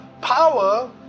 power